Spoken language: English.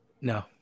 No